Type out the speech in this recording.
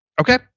Okay